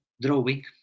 drawing